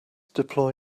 deploy